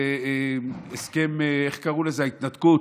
ההתנתקות,